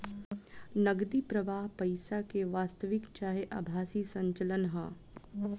नगदी प्रवाह पईसा के वास्तविक चाहे आभासी संचलन ह